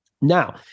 now